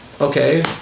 okay